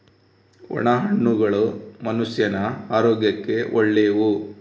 ಒಣ ಹಣ್ಣುಗಳು ಮನುಷ್ಯನ ಆರೋಗ್ಯಕ್ಕ ಒಳ್ಳೆವು